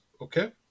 Okay